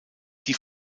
die